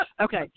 Okay